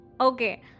Okay